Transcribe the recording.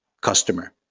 customer